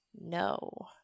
No